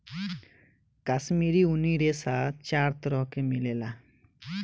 काश्मीरी ऊनी रेशा चार तरह के मिलेला